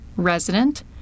resident